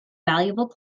valuable